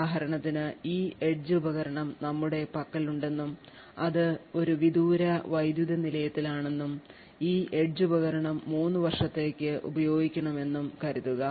ഉദാഹരണത്തിന് ഈ എഡ്ജ് ഉപകരണം നമ്മുടെ പക്കലുണ്ടെന്നും അത് ഒരു വിദൂര വൈദ്യുത നിലയത്തിലാണെന്നും ഈ എഡ്ജ് ഉപകരണം 3 വർഷത്തേക്ക് ഉപയോഗിക്കണമെന്നും കരുതുക